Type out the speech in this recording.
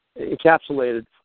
encapsulated